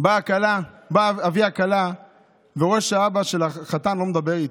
בא אבי הכלה ורואה שהאבא של החתן לא מדבר איתו.